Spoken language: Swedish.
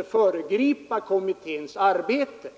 ett föregripande av kommitténs arbete.